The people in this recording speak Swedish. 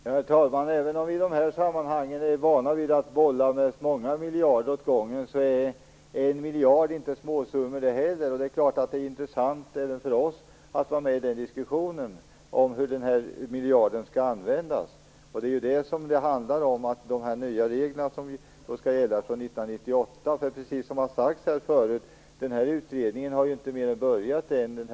Herr talman! Även om vi i de här sammanhangen är vana vid att bolla med många miljarder åt gången, är inte heller en miljard en småsumma. Det är klart att det är intressant även för oss att vara med i diskussionen om hur denna miljard skall användas. Det handlar om de nya regler som skall gälla från 1998, som har sagts här förut, och den interna utredningen har ju inte mer än börjat än.